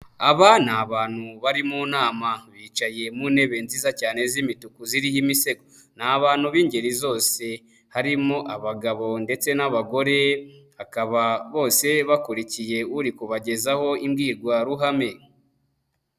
Aba ni abantu bari mu nama bicaye mu ntebe nziza cyane z'imituku ziriho imisego, ni abantu b'ingeri zose harimo abagabo ndetse n'abagore, hakaba bose bakurikiye uri kubagezaho imbwirwaruhame.